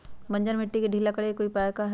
बंजर मिट्टी के ढीला करेके कोई उपाय है का?